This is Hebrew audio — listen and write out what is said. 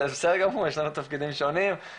זה בסדר גמור יש לנו תפקידים שונים,